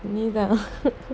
neither